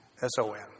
S-O-N